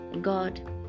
God